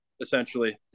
essentially